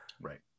Right